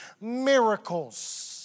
Miracles